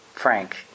Frank